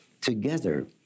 together